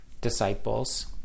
disciples